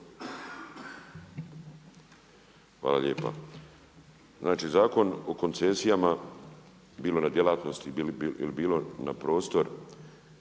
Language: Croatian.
Hvala lijepa. Znači Zakon o koncesijama bilo na djelatnosti ili bilo na prostor